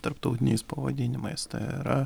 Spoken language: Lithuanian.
tarptautiniais pavadinimais tai yra